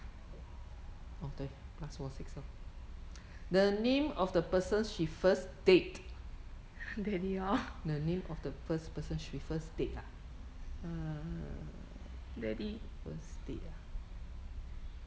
daddy lor daddy